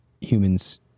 humans